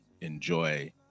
enjoy